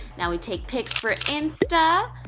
now we take pics for insta.